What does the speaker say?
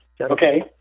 Okay